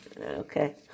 okay